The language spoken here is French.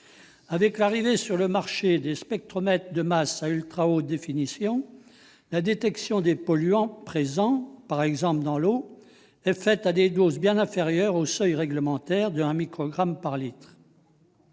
Avec l'arrivée sur le marché de spectromètres de masse à ultra-haute définition, la détection des polluants présents, par exemple dans l'eau, est faite à des doses bien inférieures au seuil réglementaire d'un microgramme par litre.